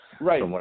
right